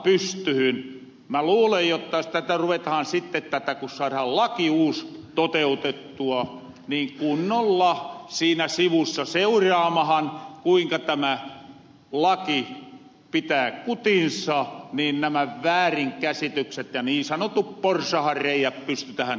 mä luulen jotta jos tätä ruvetahan sitten kun saarahan uus laki toteutettua kunnolla siinä sivussa seuraamahan kuinka tämä laki pitää kutinsa niin nämä väärinkäsitykset ja niin sanotut porsahanreiät pystytähän tukkimahan